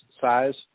size